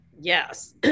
Yes